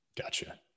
Gotcha